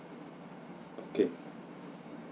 okay